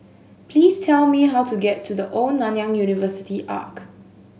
please tell me how to get to The Old Nanyang University Arch